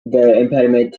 impediment